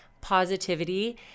positivity